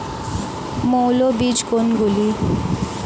মৌল বীজ কোনগুলি?